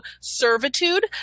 servitude